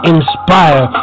Inspire